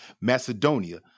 Macedonia